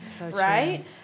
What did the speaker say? right